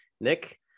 Nick